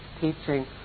teaching